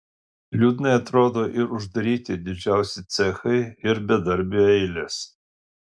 liūdnai atrodo ir uždaryti didžiausi cechai ir bedarbių eilės